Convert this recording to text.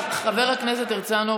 ההצעה להעביר